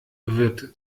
wird